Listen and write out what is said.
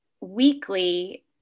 weekly